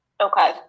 okay